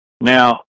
Now